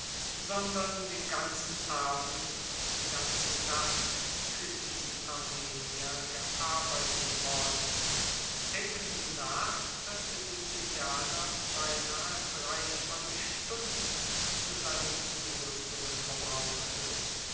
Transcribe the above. sondern den ganzen abend und die ganze nacht für diesen armenier gearbeitet worden denken sie nach daß der sizilianer beinahe drei volle stunden zu seinen zurüstungen verbrauchte